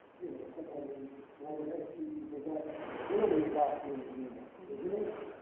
you know, someone who's wanting to execute people, that it's really about being human, isn't it?